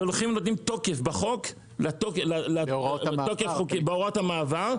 והולכים ונותנים תוקף בחוק בהוראות המעבר,